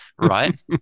right